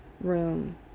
room